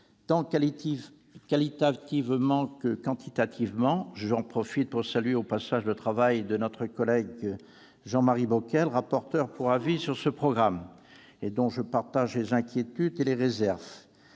tant qualitativement que quantitativement. J'en profite pour saluer le travail de notre collègue Jean-Marie Bockel, rapporteur pour avis sur ce programme, dont je partage les inquiétudes et les réserves.